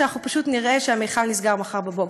שפשוט נראה שהמכל נסגר מחר בבוקר.